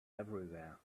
everywhere